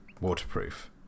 waterproof